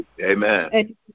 Amen